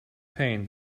pain